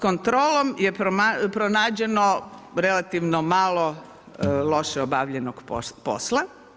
Kontrolom je pronađeno relativno malo loše obavljenog posla.